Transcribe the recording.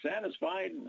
satisfied